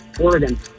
Oregon